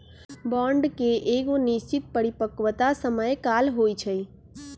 bond के एगो निश्चित परिपक्वता समय काल होइ छइ